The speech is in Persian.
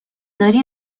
داری